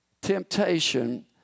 temptation